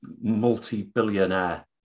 multi-billionaire